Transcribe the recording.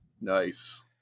Nice